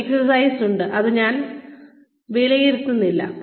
ഒരു എക്സസൈസുണ്ട് അത് ഞാൻ വിലയിരുത്തില്ല